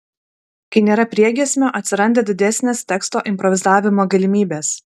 kai nėra priegiesmio atsiranda didesnės teksto improvizavimo galimybės